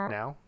Now